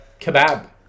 kebab